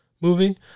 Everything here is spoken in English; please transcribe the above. movie